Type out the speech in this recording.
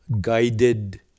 guided